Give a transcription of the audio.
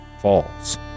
falls